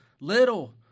little